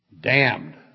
Damned